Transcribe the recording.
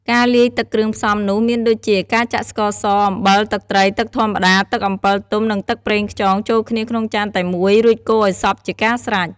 ការលាយទឹកគ្រឿងផ្សំនោះ មានដូចជា ការចាក់ស្ករស អំបិល ទឹកត្រី ទឹកធម្មតា ទឹកអំពិលទុំ និងទឹកប្រេងខ្យង ចូលគ្នាក្នុងចានតែមួយ រួចកូរឲ្យសព្វជាការស្រេច។